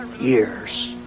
years